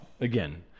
Again